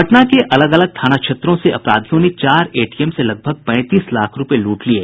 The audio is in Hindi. पटना के अलग अलग थाना क्षेत्रों से अपराधियों ने चार एटीएम से लगभग पैंतीस लाख रूपये लूट लिये